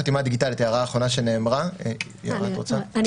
הדיגיטלית, ההערה האחרונה שנאמרה --- אני